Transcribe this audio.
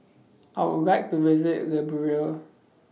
I Would like to visit Liberia